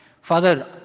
Father